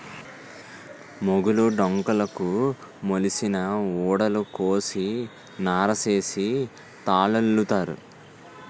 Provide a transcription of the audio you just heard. మొగులు డొంకలుకు మొలిసిన ఊడలు కోసి నారగా సేసి తాళల్లుతారు